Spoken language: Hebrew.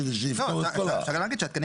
כדי שיפתור את כל ה --- אפשר להגיד שהתקנים